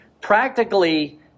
Practically